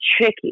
tricky